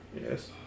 Yes